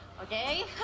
Okay